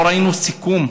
לא ראינו סיכום,